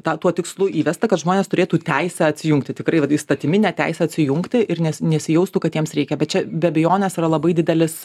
ta tuo tikslu įvesta kad žmonės turėtų teisę atsijungti tikrai vat įstatymine teise atsijungti ir nes nesijaustų kad jiems reikia bet čia be abejonės yra labai didelis